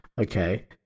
Okay